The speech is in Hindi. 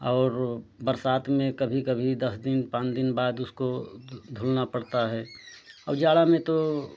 और बरसात में कभी कभी दस दिन पाँच दिन बाद उसको धु धुलना पड़ता है और जाड़ा में तो